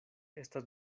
estas